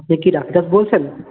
আপনি কি ডাক্তার বলছেন